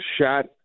shot